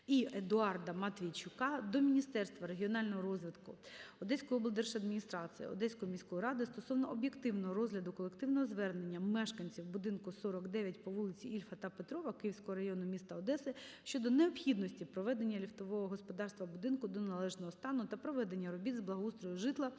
І Едуарда Матвійчука до Міністерства регіонального розвитку, Одеської облдержадміністрації, Одеської міської ради стосовно об'єктивного розгляду колективного звернення мешканців будинку 49 по вулиці Ільфа та Петрова Київського району міста Одеса щодо необхідності приведення ліфтового господарства будинку до належного стану та проведення робіт з благоустрою житла